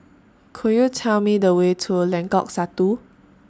Could YOU Tell Me The Way to Lengkok Satu